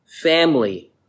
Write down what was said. family